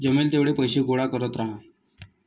जमेल तेवढे पैसे गोळा करत राहा